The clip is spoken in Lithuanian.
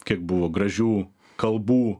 kiek buvo gražių kalbų